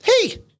Hey